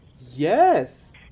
Yes